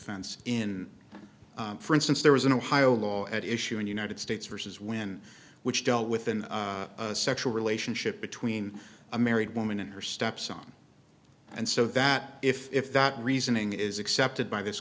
fense in for instance there was an ohio law at issue in united states versus women which dealt with in a sexual relationship between a married woman and her stepson and so that if that reasoning is accepted by this